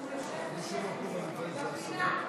הוא יושב בשקט בפינה.